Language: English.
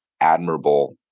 admirable